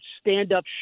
stand-up